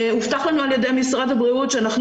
הובטח לנו על ידי משרד הבריאות שאנחנו